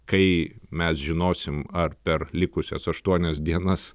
kai mes žinosim ar per likusias aštuonias dienas